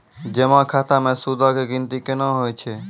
जमा खाता मे सूदो के गिनती केना होय छै?